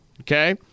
Okay